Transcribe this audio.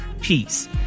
Peace